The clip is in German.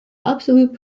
absolute